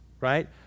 right